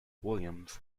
williams